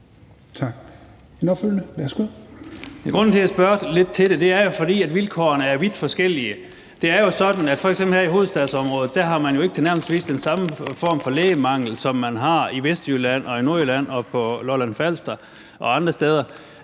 Grunden til, at jeg spørger lidt til det, er jo, at vilkårene er vidt forskellige. Det er jo sådan, at man f.eks. her i hovedstadsområdet ikke har den tilnærmelsesvis samme form for lægemangel, som man har i Vestjylland og i Nordjylland og på Lolland-Falster og andre steder.